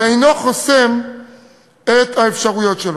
ואינו חוסם את האפשרויות שלו.